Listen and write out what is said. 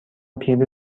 پیری